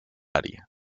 área